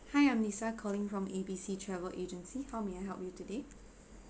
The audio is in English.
hi I'm lisa calling from A B C travel agency how may I help you today